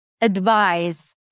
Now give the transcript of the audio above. Advise